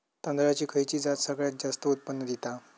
तांदळाची खयची जात सगळयात जास्त उत्पन्न दिता?